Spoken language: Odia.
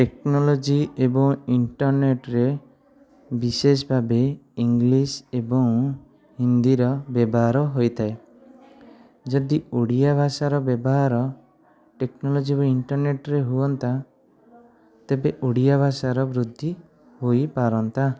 ଟେକ୍ନୋଲୋଜି ଏବଂ ଇଣ୍ଟରନେଟରେ ବିଶେଷ ଭାବେ ଇଂଲିଶ ଏବଂ ହିନ୍ଦୀର ବ୍ୟବହାର ହୋଇଥାଏ ଯଦି ଓଡ଼ିଆ ଭାଷାର ବ୍ୟବହାର ଟେକ୍ନୋଲୋଜି ଇଣ୍ଟରନେଟରେ ହୁଅନ୍ତା ତେବେ ଓଡ଼ିଆ ଭାଷାର ବୃଦ୍ଧି ହୋଇ ପାରନ୍ତା